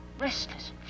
restless